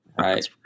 Right